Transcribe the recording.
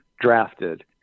drafted